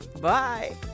Bye